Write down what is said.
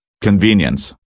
Convenience